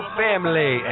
family